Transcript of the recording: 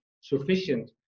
Sufficient